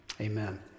Amen